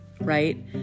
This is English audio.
right